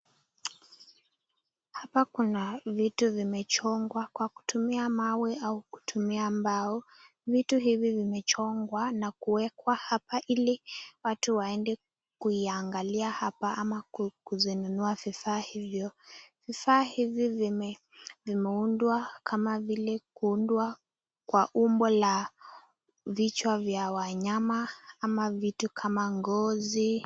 Hapa kuna vitu vimechongwa kwa kutumia mawe au kutumia mbao. Vitu hivi vimechongwa na kuwekwa hapa ili watu waende kuviangalia hapa ama kuzinunua vifaa hivyo. Vifaa hivi vime vimeundwa kama vile kuundwa kwa umbo la vichwa vya wanyama ama vitu kama ngozi.